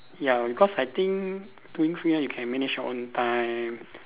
ya because I think doing freelance you can manage your own time